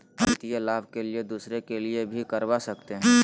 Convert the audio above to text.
आ वित्तीय लाभ के लिए दूसरे के लिए भी करवा सकते हैं?